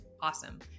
awesome